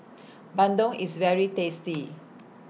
Bandung IS very tasty